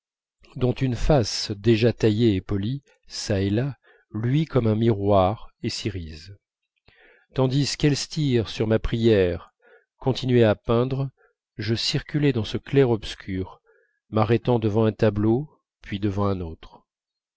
dont une face déjà taillée et polie çà et là luit comme un miroir et s'irise tandis qu'elstir sur ma prière continuait à peindre je circulais dans ce clairobscur m'arrêtant devant un tableau puis devant un autre